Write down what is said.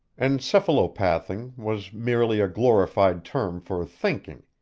encephalopathing was merely a glorified term for thinking,